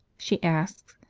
she asks,